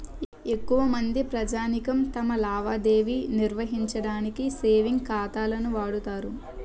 ఎక్కువమంది ప్రజానీకం తమ లావాదేవీ నిర్వహించడానికి సేవింగ్ ఖాతాను వాడుతారు